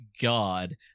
god